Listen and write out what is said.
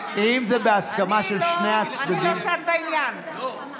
אם זה בהסכמה של שני הצדדים, לא.